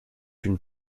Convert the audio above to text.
une